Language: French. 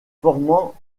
formant